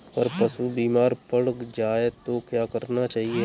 अगर पशु बीमार पड़ जाय तो क्या करना चाहिए?